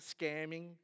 scamming